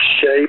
shape